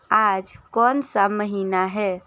आज कौन सा महीना है